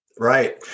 Right